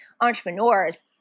entrepreneurs